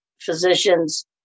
physicians